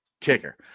kicker